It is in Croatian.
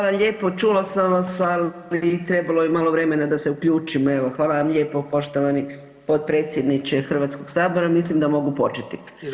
Hvala lijepo, čula sam vas, ali i trebalo je malo vremena da se uključim evo, hvala vam lijepo poštovani potpredsjedniče Hrvatskog sabora, mislim da mogu početi.